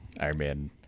Ironman